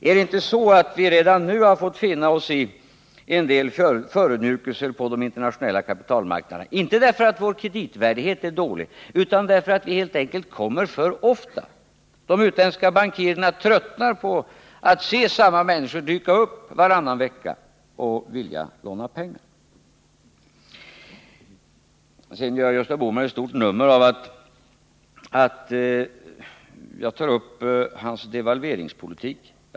Är det inte så att vi redan nu har fått finna oss i en del förödmjukelser på den internationella kapitalmarknaden, inte därför att vår kreditvärdighet är dålig utan därför att vi helt enkelt kommer för ofta? De utländska bankirerna tröttnar på att se samma människor dyka upp varannan vecka och vilja låna pengar. Sedan gör Gösta Bohman ett stort nummer av att jag tar upp hans devalveringspolitik.